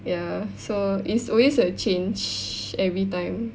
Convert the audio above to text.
ya so it's always a change every time